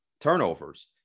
turnovers